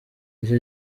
ico